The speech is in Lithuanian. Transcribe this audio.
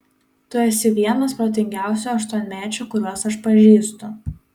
tu esi vienas protingiausių aštuonmečių kuriuos aš pažįstu